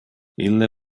ille